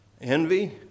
envy